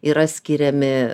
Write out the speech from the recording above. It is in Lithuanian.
yra skiriami